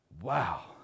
wow